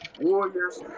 Warriors